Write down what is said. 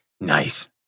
Nice